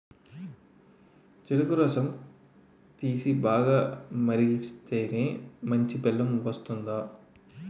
చెరుకు రసం తీసి, బాగా మరిగిస్తేనే మంచి బెల్లం వచ్చేది